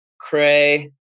Cray